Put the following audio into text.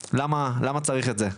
למה צריך את זה,